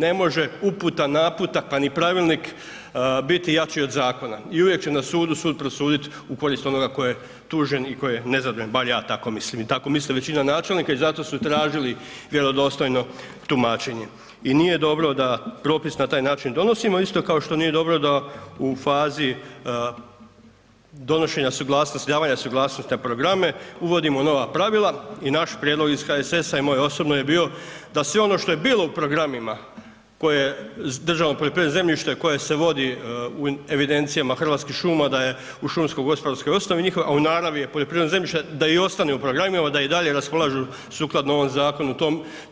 Ne može uputa, naputak pa ni pravilnik biti jači od zakona i uvijek će na sudu sud prosuditi u korist onoga tko je tužen i tko je nezadovoljan, bar ja tako mislim i tako misli većina načelnika i zato su tražili vjerodostojno tumačenje i nije dobro da propis na taj način donosio isto što nije dobro da u fazi donošenja suglasnosti, davanja suglasnosti na programe, uvodimo nova pravila i naš prijedlog iz HSS-a i moj osobno je bio da sve ono što je bilo u programima državnog poljoprivrednog zemljišta koje se vodi u evidencijama Hrvatskih šuma da je u šumsko-gospodarskoj osnovi njihovo a u naravi je poljoprivredno zemljište, da i ostane u programima, da i dalje raspolažu sukladno ovom zakonu